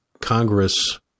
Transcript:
Congress